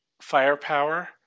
Firepower